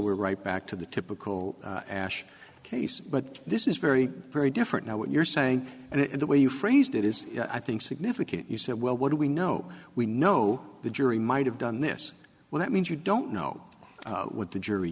we're right back to the typical ash case but this is very very different now what you're saying and the way you phrased it is i think significant you said well what do we know we know the jury might have done this well that means you don't know what the jury